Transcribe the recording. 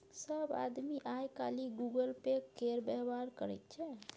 सभ आदमी आय काल्हि गूगल पे केर व्यवहार करैत छै